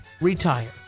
retire